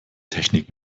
technik